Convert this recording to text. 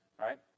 right